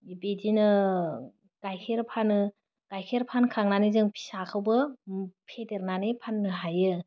बिदिनो गाइखेर फानो गाइखेर फानखांनानै जों फिसाखौबो फेदेरनानै फाननो हायो